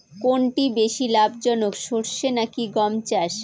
কোনটি বেশি লাভজনক সরষে নাকি গম চাষ?